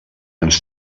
ens